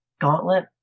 gauntlet